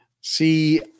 See